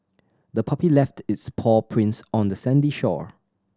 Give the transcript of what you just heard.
the puppy left its paw prints on the sandy shore